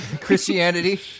Christianity